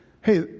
hey